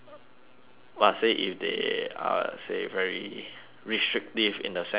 but say if they are say very restrictive in the sense that